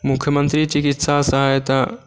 मुख्यमंत्री चिकित्सा सहायता